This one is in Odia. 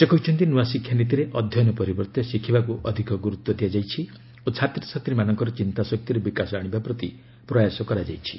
ସେ କହିଛନ୍ତି ନୂଆ ଶିକ୍ଷାନୀତିରେ ଅଧ୍ୟୟନ ପରିବର୍ତ୍ତେ ଶିଖିବାକୁ ଅଧିକ ଗୁରୁତ୍ୱ ଦିଆଯାଇଛି ଓ ଛାତ୍ରଛାତ୍ରୀମାନଙ୍କ ଚିନ୍ତାଶକ୍ତିରେ ବିକାଶ ଆଣିବା ପ୍ରତି ପ୍ରୟାସ କରାଯାଇଛି